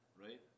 right